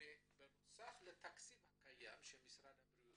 שבנוסף לתקציב הקיים שקיבל משרד הבריאות